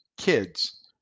kids